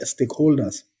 stakeholders